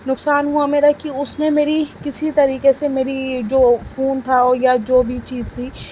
نقصان ہوا میرا کہ اس میں میری کسی طریقے سے میری جو فون تھا یا جو بھی چیز تھی